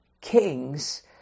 kings